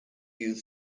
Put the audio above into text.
youth